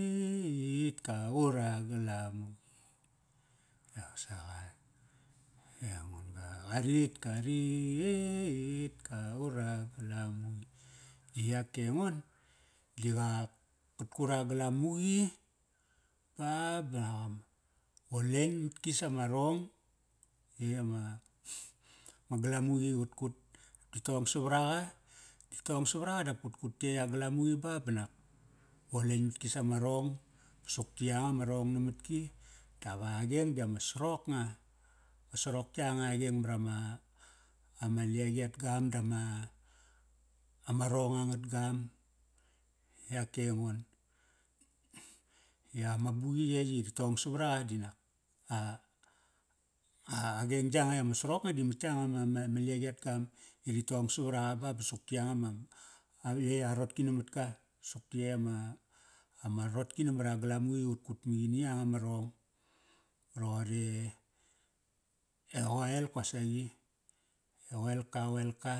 iiit ka qut a galamuqa. Da sangar engon-ga qarit karit iii iiit ka quta a galamuqa. Yak engon, di qa kat kut a galamuqi ba ba voleng matki sama rong. Yey ama ma galamuqi i qat kut. Ri tong savar aqa. Ti tong savamuqi ba banak voleng matki sama rong. Sukta yanga ma rong namat ki. Dap a qeng di ama sarok nga. Ma sarok yangya a qeng marama, ama liaqi at gam dama, ama rong angat gam. Yak e engon. I a mabuqi yey i ri tong savar aqa dinak, a, a qeng yanga i ama sarok nga di mat yanga ma, ma, ma liaqi at gam. I ri tong savar aqa ba ba suk ti yanga man, a, a yey a rotki namat ka. Suk ta yey ama rotki namat a galamuqi i qat kut maqi ni yanga ma rong. Roqor e, e qoel kosaqi. E qoelka qoelka.